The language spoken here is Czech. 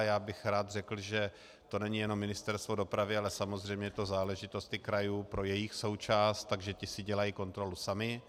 Já bych rád řekl, že to není jenom Ministerstvo dopravy, ale samozřejmě je to záležitost i krajů pro jejich součást, takže ty si dělají kontrolu samy.